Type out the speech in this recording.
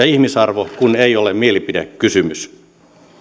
ihmisarvo kun ei ole mielipidekysymys